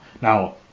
Now